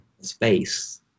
space